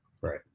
Right